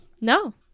no